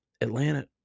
Atlanta